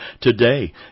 today